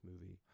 movie